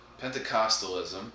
Pentecostalism